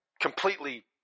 completely